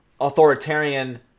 authoritarian